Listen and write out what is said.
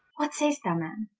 what saist thou man?